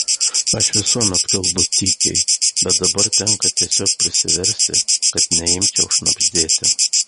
aš visuomet kalbu tykiai bet dabar tenka tiesiog prisiversti kad neimčiau šnabždėti